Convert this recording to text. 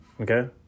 Okay